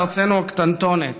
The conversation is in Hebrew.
בארצנו הקטנטונת,